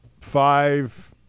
five